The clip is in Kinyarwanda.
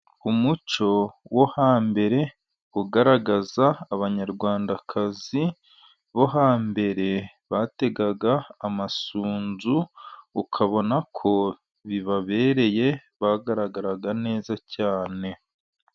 Umuco wo hambere ugaragaza abanyarwandakazi bo hambere, bategaga amasunzu ukabona ko bibabereye, bagaragaraga neza cyane.